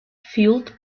fueled